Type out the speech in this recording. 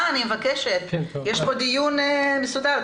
אני מבקשת, יש פה דיון מסודר.